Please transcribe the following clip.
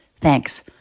Thanks